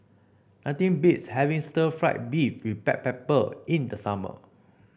nothing beats having Stir Fried Beef with Black Pepper in the summer